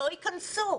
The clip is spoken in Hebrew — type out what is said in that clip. לא יכנסו.